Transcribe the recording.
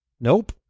Nope